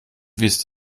wisst